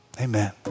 amen